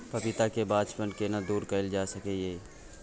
पपीता के बांझपन केना दूर कैल जा सकै ये?